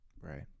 Right